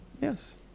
Yes